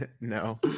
No